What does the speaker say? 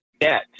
debt